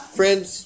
friends